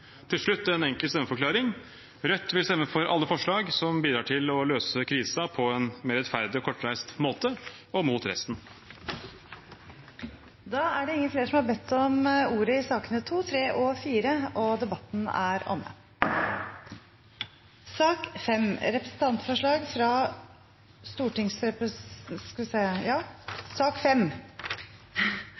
Til slutt en enkel stemmeforklaring: Rødt vil stemme for alle forslag som bidrar til å løse krisen på en mer rettferdig og kortreist måte, og vil stemme mot resten. Flere har ikke bedt om ordet til sakene nr. 2–4. Til denne saken er det i dag kommet inn et brev fra